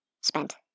spent